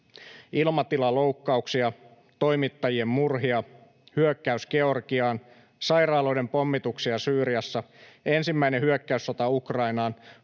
Ilmatilaloukkauksia, toimittajien murhia, hyökkäys Georgiaan, sairaaloiden pommituksia Syyriassa, ensimmäinen hyökkäyssota Ukrainaan,